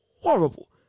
horrible